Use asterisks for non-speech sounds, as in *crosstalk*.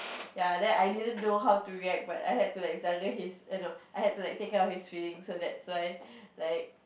ya and then I didn't know how to react but I had to like his err no I had to like take out his feelings so that's why *breath* like